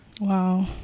Wow